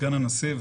סגן הנשיא,